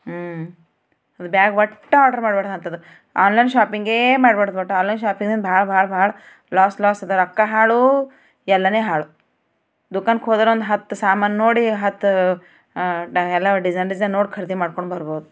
ಹ್ಞೂ ಅದು ಬ್ಯಾಗ್ ಒಟ್ಟು ಆರ್ಡರ್ ಮಾಡ್ಬಾರ್ದು ಅಂತದ ಆನ್ಲೈನ್ ಶಾಪಿಂಗೆ ಮಾಡ್ಬಾರ್ದು ಒಟ್ಟು ಆನ್ಲೈನ್ ಶಾಪಿಂಗ್ ಭಾಳ ಭಾಳ ಭಾಳ ಲಾಸ್ ಲಾಸ್ ಇದು ರೊಕ್ಕ ಹಾಳು ಎಲ್ಲನೇ ಹಾಳು ದುಖಾನ್ಕ್ಕೋದ್ರ ಒಂದು ಹತ್ತು ಸಾಮಾನು ನೋಡಿ ಹತ್ತು ಎಲ್ಲ ಡಿಸೈನ್ ಡಿಸೈನ್ ನೋಡಿ ಖರೀದಿ ಮಾಡ್ಕೊಂಡು ಬರ್ಬೋದು